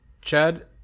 chad